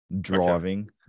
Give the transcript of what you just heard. driving